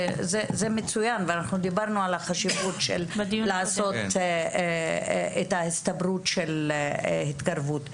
זה מצוין ואנחנו דיברנו על החשיבות לעשות את ההסתברות של התקרבות.